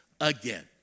again